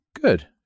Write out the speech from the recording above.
Good